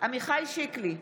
עמיחי שיקלי,